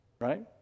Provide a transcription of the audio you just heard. right